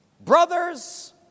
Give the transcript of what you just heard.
brothers